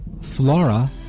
Flora